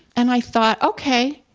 and i thought, okay,